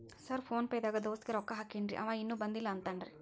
Sir PhonePe ದಾಗ ದೋಸ್ತ್ ಗೆ ರೊಕ್ಕಾ ಹಾಕೇನ್ರಿ ಅಂವ ಇನ್ನು ಬಂದಿಲ್ಲಾ ಅಂತಾನ್ರೇ?